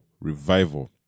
revival